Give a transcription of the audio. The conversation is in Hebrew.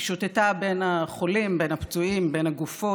היא שוטטה בין החולים, בין הפצועים, בין הגופות.